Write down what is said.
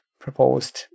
proposed